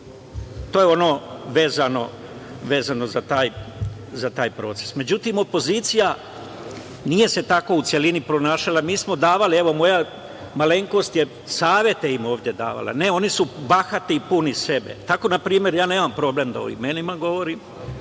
To je vezano za taj proces.Međutim, opozicija se nije tako u celini ponašala. Mi smo davali, evo, moja malenkost je savete im ovde davala. Ne, oni su bahati i puni sebe. Tako, na primer, ja nemam problem o imenima da govorim,